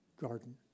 garden